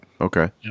Okay